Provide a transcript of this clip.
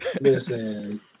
Listen